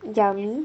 yummy